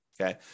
okay